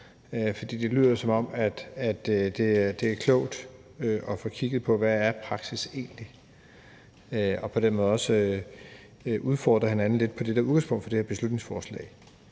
for det lyder, som om det er klogt at få kigget på, hvad praksis egentlig er, og på den måde også udfordre hinanden lidt på det, der er udgangspunktet for det her beslutningsforslag.